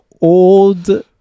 old